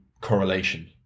correlation